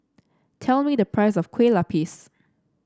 tell me the price of Kueh Lapis